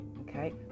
okay